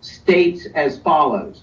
states as follows